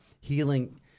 healing